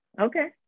okay